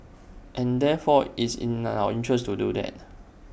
and therefore it's in our interest to do that